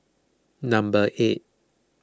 number eight